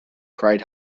cried